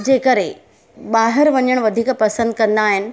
जे करे ॿाहिरि वञणु वधीक पसंदि कंदा आहिनि